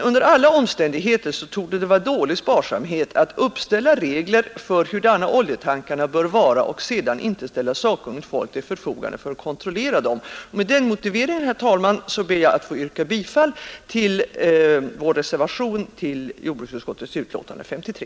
Under alla omständigheter torde det vara dålig sparsamhet att uppställa regler för hurudana oljetankarna bör vara och sedan inte ställa sakkunnigt folk till förfogande för att kontrollera dem. Med denna motivering yrkar jag bifall till reservationen vid jordbruksutskottets betänkande nr 53.